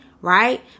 right